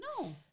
No